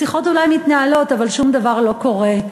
השיחות אולי מתנהלות אבל שום דבר לא קורה.